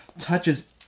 touches